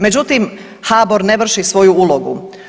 Međutim, HBOR ne vrši svoju ulogu.